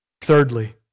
Thirdly